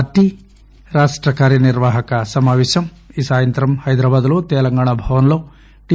party రాష్ట కార్య నిర్వాహక సమాపేశం ఈ సాయంత్రం హైదరాబాద్లోని తెలంగాణ భవన్లో టి